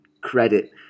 credit